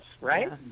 right